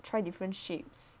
try different shapes